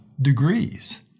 degrees